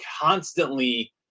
constantly